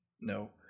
No